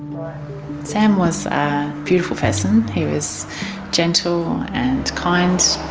sam was a beautiful person. he was gentle and kind.